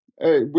Hey